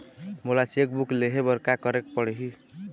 मोला cheque book लेहे बर का केरेक पढ़ही?